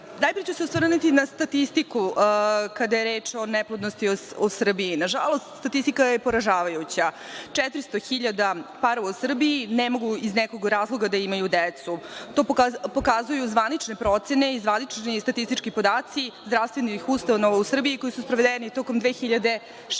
godine. Najpre ću se osvrnuti na statistiku kada je reč o neplodnosti u Srbiji. Nažalost, statistika je poražavajuća. Četiristo hiljada parova u Srbiji ne mogu iz nekog razloga da imaju decu. To pokazuju zvanične procene i zvanični statistički podaci zdravstvenih ustanova u Srbiji koji su sprovedeni tokom 2016.